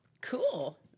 Cool